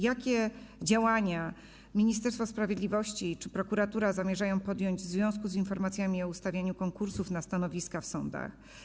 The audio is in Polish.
Jakie działania Ministerstwo Sprawiedliwości czy prokuratura zamierzają podjąć w związku z informacjami o ustawieniu konkursów na stanowiska w sądach?